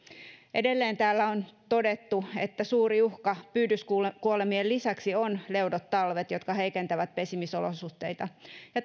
edelleen täällä on todettu että suuri uhka pyydyskuolemien lisäksi ovat leudot talvet jotka heikentävät pesimisolosuhteita ja